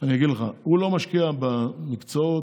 לא משקיע במקצועות,